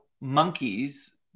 monkeys